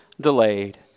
delayed